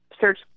search